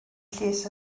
llys